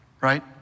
right